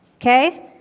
okay